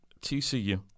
tcu